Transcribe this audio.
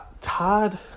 Todd